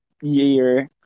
year